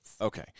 okay